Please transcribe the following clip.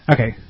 Okay